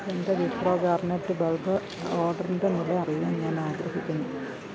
എന്റെ Wipro garnet bulb ഓർഡറിന്റെ നില അറിയാൻ ഞാൻ ആഗ്രഹിക്കുന്നു